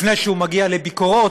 לפני שהוא מגיע לביקורות,